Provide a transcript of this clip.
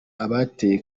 abateye